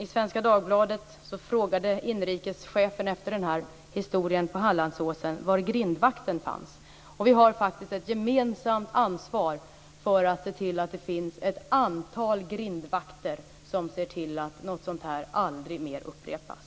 I Svenska Dagbladet har inrikeschefen efter historien på Hallandsåsen frågat var grindvakten fanns. Vi har faktiskt ett gemensamt ansvar för att se till att det finns ett antal grindvakter som ser till att sådant här aldrig mer upprepas.